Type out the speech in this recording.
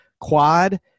quad –